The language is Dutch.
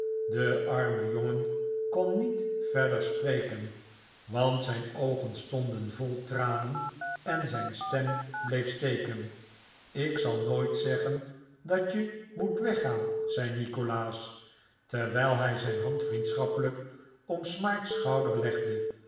de arme jongen kon niet verder spreken want zijn oogen stonden vol tranen en zijn stem bleef steken ik zal nooit zeggen dat je moet weggaan zei nikolaas terwijl hij zijn hand vriendschappelijk op smike's schouder legde